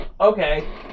okay